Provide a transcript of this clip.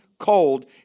cold